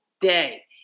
day